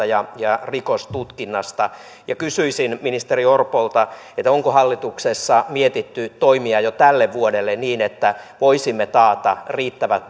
ja rikostutkinnasta kysyisin ministeri orpolta onko hallituksessa mietitty toimia jo tälle vuodelle niin että voisimme taata riittävät